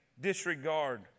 disregard